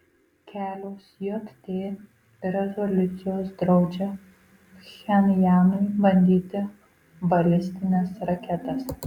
kelios jt rezoliucijos draudžia pchenjanui bandyti balistines raketas